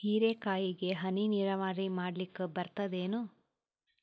ಹೀರೆಕಾಯಿಗೆ ಹನಿ ನೀರಾವರಿ ಮಾಡ್ಲಿಕ್ ಬರ್ತದ ಏನು?